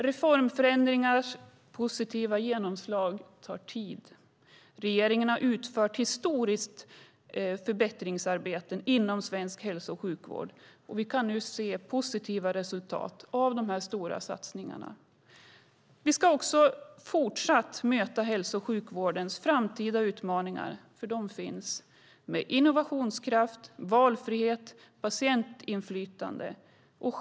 Reformers positiva genomslag tar tid. Regeringen har utfört historiska förbättringsarbeten inom svensk hälso och sjukvård, och vi kan nu se det positiva resultatet av de här stora satsningarna. Vi ska också fortsatt möta hälso och sjukvårdens framtida utmaningar, för de finns, med innovationskraft, valfrihet och patientinflytande.